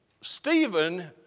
Stephen